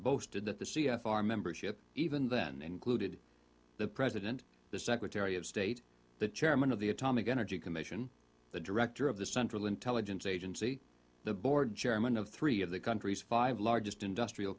boasted that the c f r membership even then included the president the secretary of state the chairman of the atomic energy commission the director of the central intelligence agency the board chairman of three of the country's five largest industrial